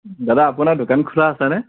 দাদা আপোনাৰ দোকান খোলা আছেনে